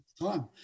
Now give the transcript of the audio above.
time